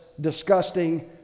disgusting